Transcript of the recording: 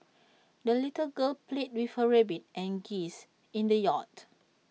the little girl played with her rabbit and geese in the yard